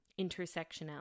intersectionality